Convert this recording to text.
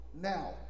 Now